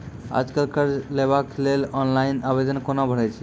आज कल कर्ज लेवाक लेल ऑनलाइन आवेदन कूना भरै छै?